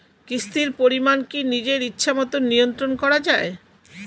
কিস্তির পরিমাণ কি নিজের ইচ্ছামত নিয়ন্ত্রণ করা যায়?